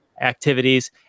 activities